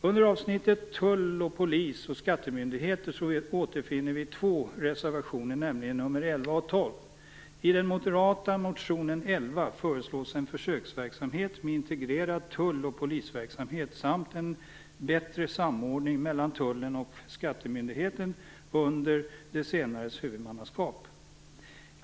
Under avsnittet om tull, polis och skattemyndigheter återfinner vi två reservationer, nämligen nr 11 och 12. I den moderata reservationen 11 föreslås en försöksverksamhet med integrerad tull och polisverksamhet samt en bättre samordning mellan tullen och skattemyndigheten under den senares huvudmannaskap.